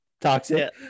Toxic